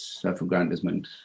self-aggrandizement